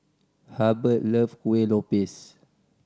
Hurbert love Kuih Lopes